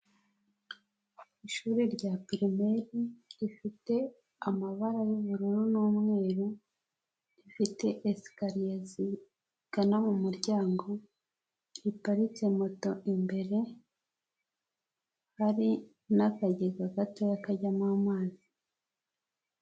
Ishuri rya pirimeri rifite amabara y'ubururu n'umweru, rifite esikariye zigana mu muryango, riparitse moto imbere, hari n'akagega gatoya kajyamo amazi.